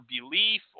belief